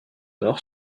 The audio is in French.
nord